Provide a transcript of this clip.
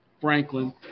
Franklin